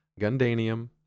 Gundanium